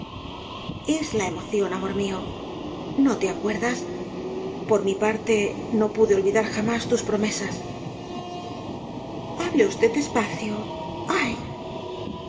es la emoción amor mío no te acuerdas por mi parte no pude olvidar jamás tus promesas hable usted despacio ay